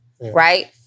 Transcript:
right